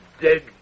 dead